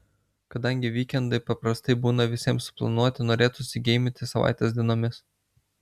kadangi vykendai paprastai būna visiems suplanuoti norėtųsi geiminti savaitės dienomis